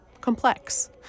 complex